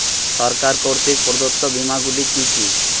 সরকার কর্তৃক প্রদত্ত বিমা গুলি কি কি?